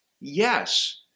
Yes